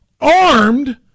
armed